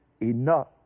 enough